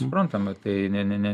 suprantama tai ne ne ne